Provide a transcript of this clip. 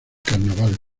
carnaval